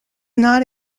not